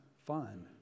fun